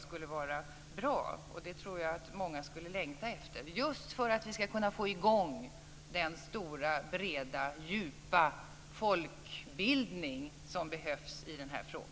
skulle vara bra, och jag tror att många längtar efter det just för att vi ska kunna få i gång den stora, breda och djupa folkbildning som behövs i frågan.